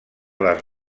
les